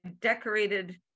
decorated